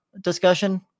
discussion